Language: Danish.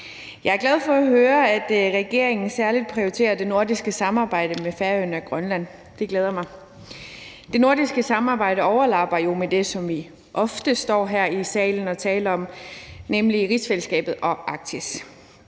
Jeg er glad for at høre, at regeringen særlig prioriterer det nordiske samarbejde med Færøerne og Grønland. Det glæder mig. Det nordiske samarbejde overlapper jo med det, som vi ofte står her i salen og taler om, nemlig rigsfællesskabet og Arktis.